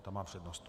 Ta má přednost.